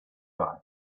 guy